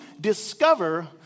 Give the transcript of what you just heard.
discover